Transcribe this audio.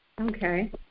Okay